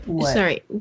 Sorry